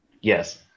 Yes